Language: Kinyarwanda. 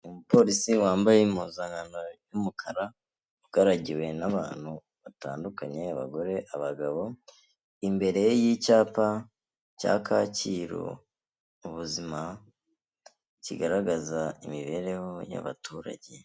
Umupolisi wambaye impuzankano y'umukara ugaragiwe n'abantu batandukanye abagore abagabo imbere y'icyapa cya Kacyiru ubuzima kigaragaza imibereho y'abaturage.